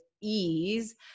ease